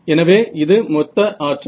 எனவே இது மொத்த ஆற்றல்